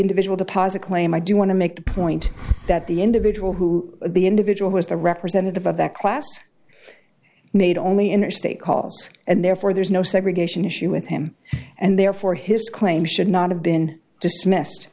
individual deposit claim i do want to make the point that the individual who the individual was the representative of that class made only interstate calls and therefore there's no segregation issue with him and therefore his claim should not have been dismissed